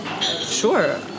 sure